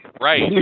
Right